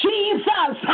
Jesus